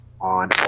on